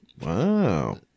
Wow